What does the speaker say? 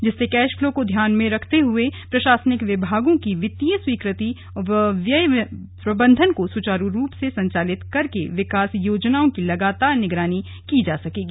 जिससे cash flow को ध्यान में रखते हुए प्रशासनिक विभागों की वित्तीय स्वीकृति व व्यय प्रबंधन को सुचारू रूप से संचालित करके विकास योजनाओं की लगातार निगरानी की जा सकेगी